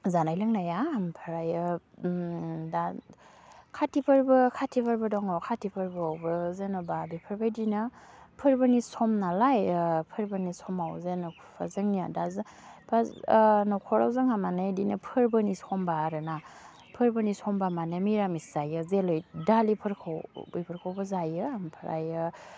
जानाय लोंनाया आमफ्रायो दा काति फोरबो काति फोरबो दङ काति फोरबोआवबो जेन'बा बेफोरबायदिनो फोरबोनि सम नालाय फोरबोनि समाव जेन'बा जोंनि दा फोज नखराव जोंहा माने बिदिनो फोरबोनि समबा आरोना फोरबोनि समबा माने मिरामिस जायो जेलै दालिफोरखौ बेफोरखौबो जायो आमफ्रायो